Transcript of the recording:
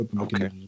Okay